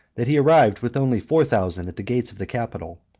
that he arrived with only four thousand at the gates of the capital,